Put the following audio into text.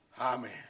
Amen